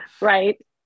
Right